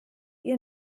ihr